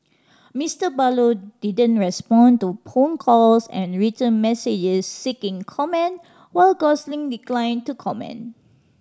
Mister Barlow didn't respond to phone calls and written messages seeking comment while Gosling declined to comment